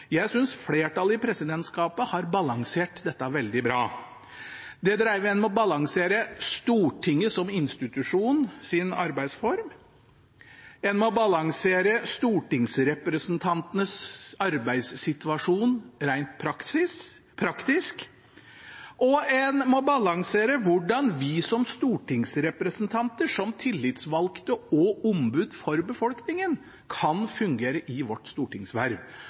Jeg synes flertallet i presidentskapet har balansert dette veldig bra. En må balansere arbeidsformen til Stortinget som institusjon, en må balansere stortingsrepresentantenes arbeidssituasjon rent praktisk, og en må balansere hvordan vi som stortingsrepresentanter, som tillitsvalgte og ombud for befolkningen, kan fungere i vårt stortingsverv.